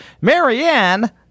Marianne